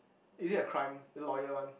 is it a crime a lawyer one